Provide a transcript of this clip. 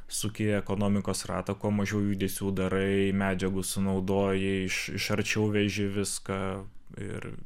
suki ekonomikos ratą kuo mažiau judesių darai medžiagų sunaudoji iš iš arčiau veži viską ir